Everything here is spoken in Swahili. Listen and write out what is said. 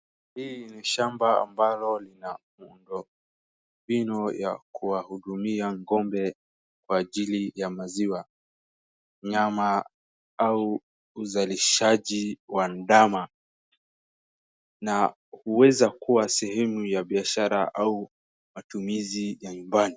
Hii ni shamba ambalo lina undo, bino ya kuwahudumia ng'ombe kwa ajili ya maziwa, nyama au uzalishaji wa ndama, na huweza kuwa sehemu ya biashara au matumizi ya nyumbani.